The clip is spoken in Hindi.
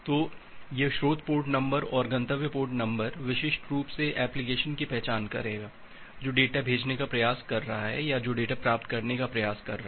तो यह स्रोत पोर्ट नंबर और गंतव्य पोर्ट नंबर विशिष्ट रूप से एप्लिकेशन की पहचान करेगा जो डेटा भेजने का प्रयास कर रहा है या जो डेटा प्राप्त करने का प्रयास कर रहा है